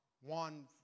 one